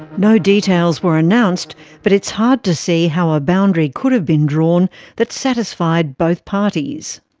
no details were announced but it's hard to see how a boundary could have been drawn that satisfied both parties.